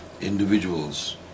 individuals